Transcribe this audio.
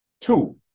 two